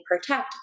protect